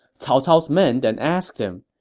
cao cao's men then asked him,